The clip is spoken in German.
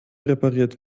repariert